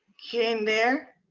get in there.